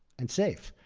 and safe.